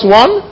one